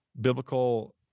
biblical